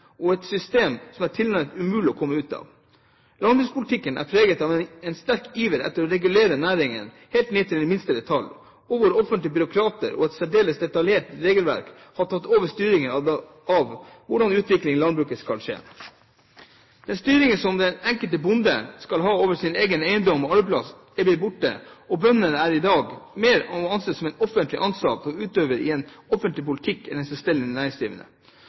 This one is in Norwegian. i et «nett» og et system som det er tilnærmet umulig å komme ut av. Landbrukspolitikken er preget av en sterk iver etter å regulere næringen helt ned til den minste detalj, og offentlige byråkrater og et særdeles detaljert regelverk har tatt over styringen av hvordan utviklingen i landbruket skal skje. Den styringen som den enkelte bonde skal ha over sin egen eiendom og arbeidsplass, er blitt borte, og bøndene er i dag mer å anse som offentlig ansatte og utøvere av en offentlig politikk enn selvstendig næringsdrivende